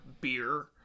beer